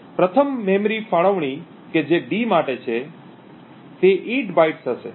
પ્રથમ મેમરી ફાળવણી કે જે d માટે છે તેથી તે 8 બાઇટ્સ હશે